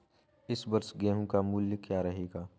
इस वर्ष गेहूँ का मूल्य क्या रहेगा?